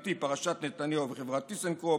מבחינתי פרשת נתניהו וחברת טיסנקרופ,